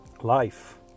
Life